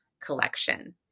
collection